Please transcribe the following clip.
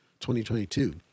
2022